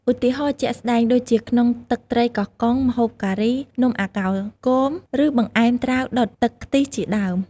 ឧទាហរណ៍ជាក់ស្ដែងដូចជាក្នុងទឹកត្រីកោះកុង ម្ហូបការី នំអាកោគោម ឬបង្អែមត្រាវដុតទឹកខ្ទិះជាដើម។